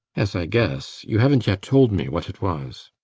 as i guess. you havnt yet told me what it was.